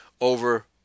over